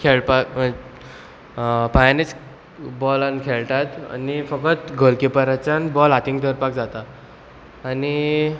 खेळपाक पायनीच बॉल खेळटात आनी फकत गोलकिपराच्यान बॉल हातीक दवरपाक जाता आनी